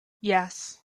yes